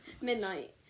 midnight